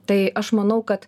tai aš manau kad